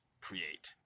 create